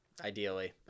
ideally